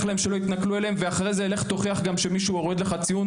להם שלא יתנכלו אליהם ואחרי זה לך תוכיח גם שמישהו הוריד לך ציון,